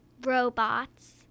robots